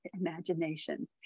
imagination